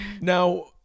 Now